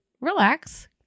relax